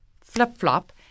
flip-flop